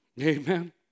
Amen